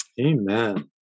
Amen